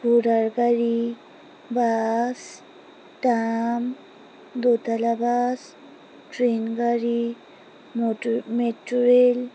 scooter গাড়ি bus tram দোতলা bus train গাড়ি মটর মেট্রো রেল